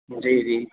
جی جی